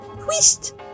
twist